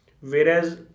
Whereas